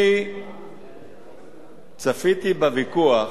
אני צפיתי בוויכוח